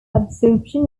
absorption